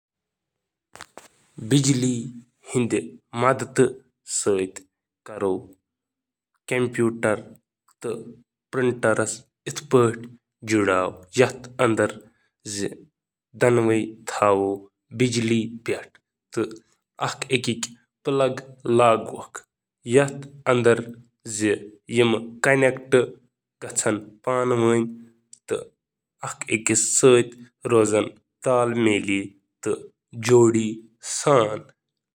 اکھ printer computers سۭتۍ کنیکٹْہ کرنْہ باپت، ہیکیو توہیہ اکھ یو ایس بی کیبْل استعمال کْرتھ یا یہ کنیکٹْہ کْرتھ وائرلیس پأٹھ: